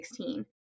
2016